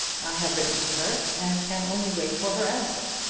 i have written to her, and can only wait for her answer.